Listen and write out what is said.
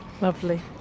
Lovely